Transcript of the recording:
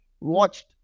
watched